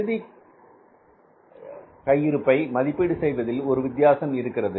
இறுதித் தீர்ப்பை மதிப்பீடு செய்வதில் ஒரு வித்தியாசம் இருக்கிறது